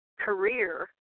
career